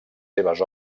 seves